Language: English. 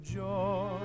joy